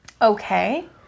okay